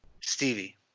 Stevie